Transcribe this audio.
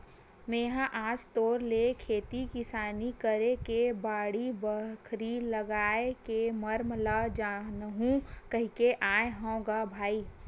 मेहा आज तोर ले खेती किसानी करे के बाड़ी, बखरी लागए के मरम ल जानहूँ कहिके आय हँव ग भाई